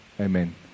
Amen